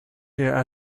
here